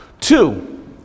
Two